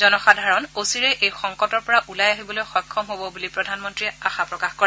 জনসাধাৰণ অচিৰেই এই সংকটৰ পৰা ওলাই আহিবলৈ সক্ষম হব বুলি প্ৰধানমন্ত্ৰীয়ে আশা প্ৰকাশ কৰে